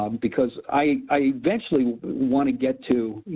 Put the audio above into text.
um because i eventually wanna get to,